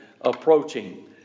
approaching